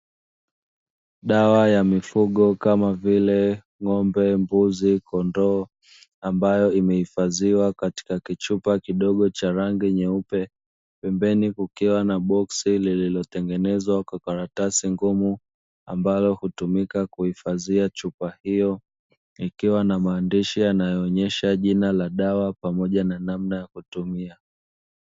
Dawa ya mifugo kama vile; ng'ombe, mbuzi, kondoo ambayo imehifadhiwa katika kichupa kidogo cha rangi nyeupe, pembeni kukiwa na boksi liliotengenezwa kwa karatasi ngumu, ambalo hutumika kuhifadhia chupa hiyo, ikiwa na maandishi yanayoonyesha jina la dawa pamoja na namna ya kutumia.